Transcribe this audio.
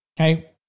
okay